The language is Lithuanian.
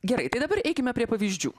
gerai tai dabar eikime prie pavyzdžių